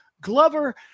Glover